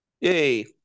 Yay